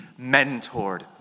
mentored